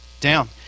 down